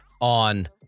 on